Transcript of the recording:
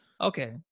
Okay